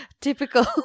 Typical